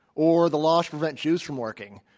or the laws prevent jews from working,